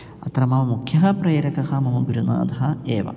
अत्र मम मुख्यः प्रेरकः मम गुरुनाथः एव